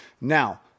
Now